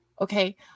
okay